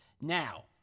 Now